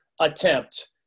attempt